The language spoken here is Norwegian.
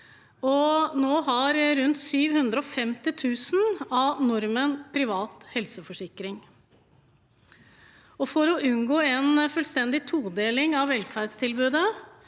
nå har rundt 750 000 nordmenn privat helseforsikring. For å unngå en fullstendig todeling av velferdstilbudet,